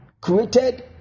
created